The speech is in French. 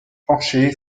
penché